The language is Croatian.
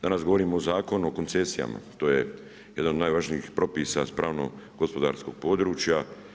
Danas govorimo o Zakonu o koncesijama, to je jedan od najvažnijih propisa sa pravno-gospodarskog područja.